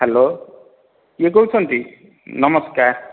hello କିଏ କହୁଛନ୍ତି ନମସ୍କାର